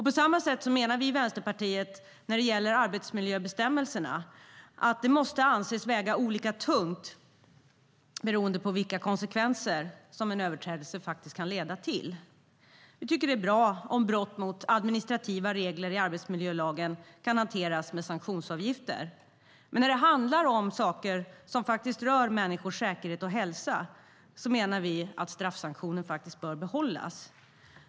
På samma sätt menar vi i Vänsterpartiet att brott mot arbetsmiljöbestämmelser måste anses väga olika tungt beroende på vilka konsekvenser en överträdelse faktiskt kan leda till. Vi tycker att det är bra om brott mot administrativa bestämmelser i arbetsmiljölagen kan hanteras med sanktionsavgifter, men när det handlar om människors säkerhet och hälsa menar vi att straffsanktionen bör behållas.